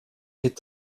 est